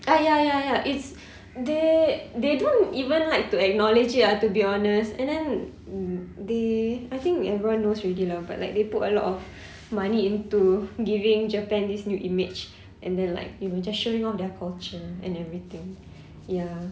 ah ya ya ya it's they they don't even like to acknowledge it lah to be honest and then t~ they I think everyone knows already lah but like they put a lot of money into giving japan this new image and then like you know just showing off their culture and everything ya